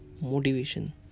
motivation